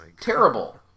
terrible